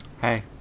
Hey